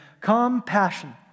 Compassion